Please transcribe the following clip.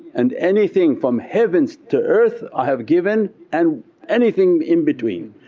and anything from heavens to earth i have given and anything in between,